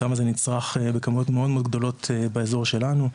הסם הזה נצרך בכמויות מאוד גדולות באזור שלנו,